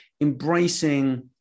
embracing